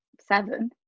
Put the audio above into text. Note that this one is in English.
seven